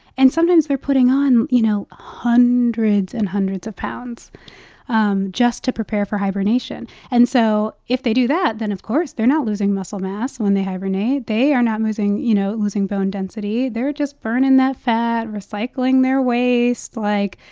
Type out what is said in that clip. and sometimes they're putting on, you know, hundreds and hundreds of pounds um just to prepare for hibernation. and so if they do that then, of course, they're not losing muscle mass when they hibernate. they are not losing, you know, losing bone density. they're just burning that fat, recycling their waste, like,